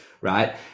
Right